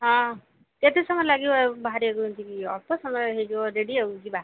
ହଁ କେତେ ସମୟ ଲାଗିବ ବାହାରିବାକୁ ଏମିତି କି ଅଳ୍ପ ସମୟ ହେଇଯିବ ରେଡ଼ି ଆଉ ଯିବା